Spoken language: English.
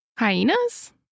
Hyenas